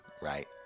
right